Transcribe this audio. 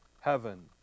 heaven